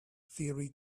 theory